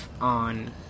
On